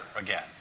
again